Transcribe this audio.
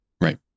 Right